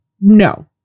no